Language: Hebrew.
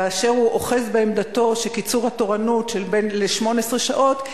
באשר הוא אוחז בעמדתו לקיצור התורנות ל-18 שעות,